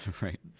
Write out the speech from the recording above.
Right